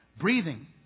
Breathing